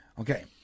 Okay